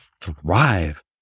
thrive